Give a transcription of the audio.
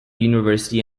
university